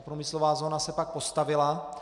Průmyslová zóna se pak postavila.